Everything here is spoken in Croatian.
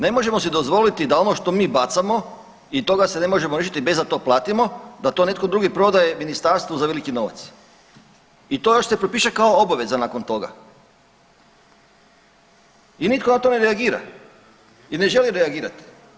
Ne možemo si dozvoliti da ono što mi bacamo i toga se ne možemo riješiti bez da to platimo da to netko drugi prodaje ministarstvu za veliki novac i to još se propiše kao obaveza nakon toga i nitko na to ne reagira i ne želi reagirat.